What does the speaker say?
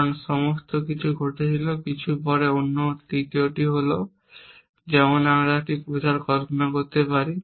কারণ এই সমস্ত কিছু ঘটেছিল কিছু পরে অন্য তৃতীয়টি হয় যেমন আমরা একটি প্রচার কল্পনা করতে পারি